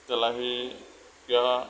তেলাহী ক্ৰীড়া